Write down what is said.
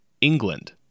England